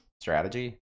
Strategy